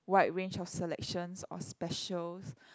wide range of selections or specials